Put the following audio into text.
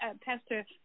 Pastor